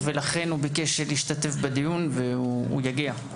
הוא ביקש להשתתף בדיון והוא יגיע,